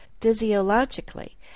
physiologically